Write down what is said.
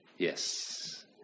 Yes